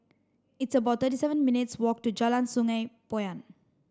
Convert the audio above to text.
it's about thirty seven minutes' walk to Jalan Sungei Poyan